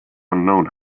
unknown